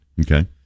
Okay